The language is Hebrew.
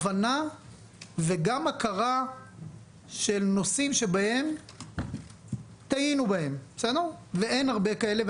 וגם הכרה של נושאים שבהם טעינו, ואין הרבה כאלה.